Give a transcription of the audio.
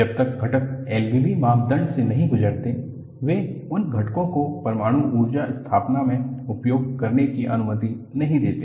जब तक घटक LBB मानदंड से नहीं गुजरते वे उन घटकों को परमाणु ऊर्जा स्थापना में उपयोग करने की अनुमति नहीं देते हैं